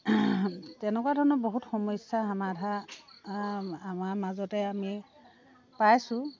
তেনেকুৱা ধৰণৰ বহুত সমস্যা সমাধা আমাৰ মাজতে আমি পাইছোঁ